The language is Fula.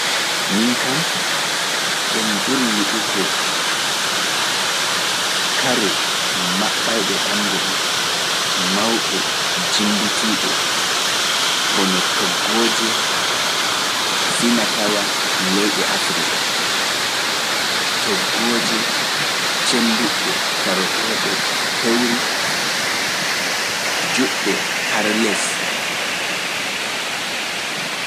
Min kam emi ɓuri yiɗugo kare maɓɓayɗe ɓanndu am mawɗe jimbitiiɗe mbono toggooje finatawa leyɗe Afrika, toggooje cemmbiɗɗe tarotooɗe pewri juɗɗe har les.